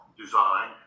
design